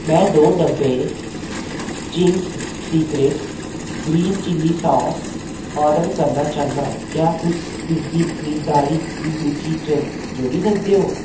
में दो डब्बे Ching's secret green chilli sauce order करना चाह्न्नां क्या तुस इसगी खरीदारी दी सूची च जोड़ी सकदे ओ